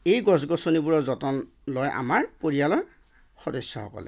এই গছ গছনিবোৰৰ যতন লয় আমাৰ পৰিয়ালৰ সদস্যসকলে